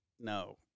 no